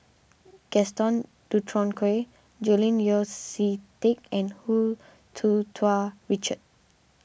Gaston Dutronquoy Julian Yeo See Teck and Hu Tsu Tau Richard